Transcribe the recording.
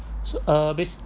so uh basic~